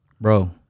Bro